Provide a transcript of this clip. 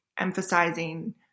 emphasizing